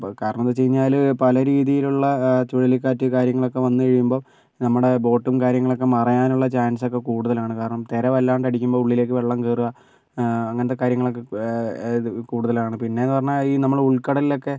ഇപ്പോൾ കാരണമെന്ന് വെച്ച് കഴിഞ്ഞാൽ പല രീതിയിലുള്ള ചുഴലിക്കാറ്റ് കാര്യങ്ങളൊക്കെ വന്നു കഴിയുമ്പം നമ്മുടെ ബോട്ടും കാര്യങ്ങളൊക്കെ മറയാനുള്ള ചാൻസൊക്കെ കൂടുതലാണ് കാരണം തിര വല്ലാണ്ടടിക്കുമ്പോൾ ഉള്ളിലേക്ക് വെള്ളം കയറുക അങ്ങനത്തെ കാര്യങ്ങളൊക്കെ കൂടുതലാണ് പിന്നെയെന്ന് പറഞ്ഞാൽ ഈ നമ്മൾ ഉൾക്കടലിലൊക്കെ